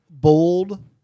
bold